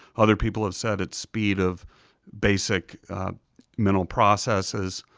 other people have said it's speed of basic mental processes.